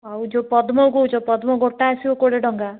ଆଉ ଯେଉଁ ପଦ୍ମ କହୁଛ ପଦ୍ମ ଗୋଟା ଆସିବ କୋଡ଼ିଏ ଟଙ୍କା